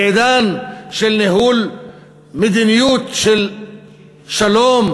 בעידן של ניהול מדיניות של שלום,